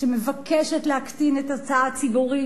שמבקשת להקטין את ההוצאה הציבורית